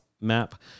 map